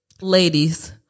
Ladies